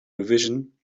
revision